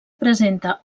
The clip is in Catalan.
presenta